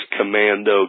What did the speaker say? commando